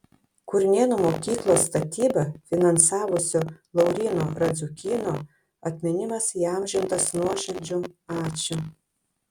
kurnėnų mokyklos statybą finansavusio lauryno radziukyno atminimas įamžintas nuoširdžiu ačiū